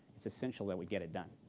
it's essential that we get it done.